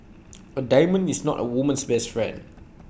A diamond is not A woman's best friend